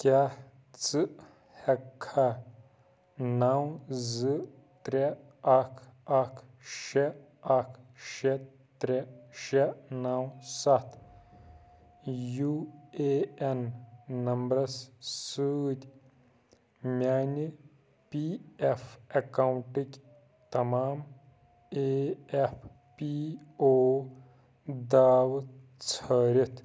کیٛاہ ژٕ ہیٚکٕکھا نو زٕ ترٛےٚ اکھ اکھ شیٚے اکھ شیٚے ترٛےٚ شیٚے نو سَتھ یوٗ اے این نمبرس سۭتۍ میٛانہِ پی ایف اکاؤنٛٹٕکۍ تمام اے ایف پی او داوٕ ژھٲرِتھ